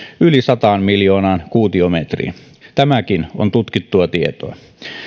yli sataan miljoonaan kuutiometriin tämäkin on tutkittua tietoa